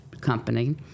company